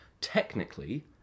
technically